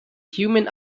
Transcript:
human